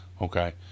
okay